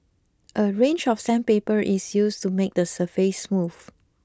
a range of sandpaper is used to make the surface smooth